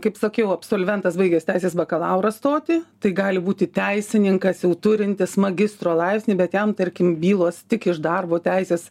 kaip sakiau absolventas baigęs teisės bakalaurą stoti tai gali būti teisininkas jau turintis magistro laipsnį bet jam tarkim bylos tik iš darbo teisės